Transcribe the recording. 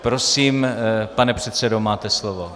Prosím, pane předsedo, máte slovo.